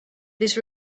this